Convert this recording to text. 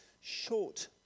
short